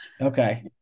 Okay